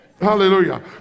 Hallelujah